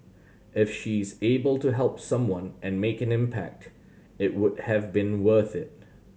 if she is able to help someone and make an impact it would have been worth it